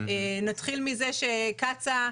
נתחיל מזה שקצא"א